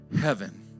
heaven